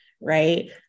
right